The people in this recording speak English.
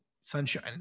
sunshine